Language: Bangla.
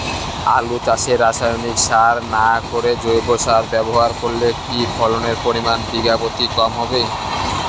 আলু চাষে রাসায়নিক সার না করে জৈব সার ব্যবহার করলে কি ফলনের পরিমান বিঘা প্রতি কম হবে?